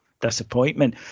disappointment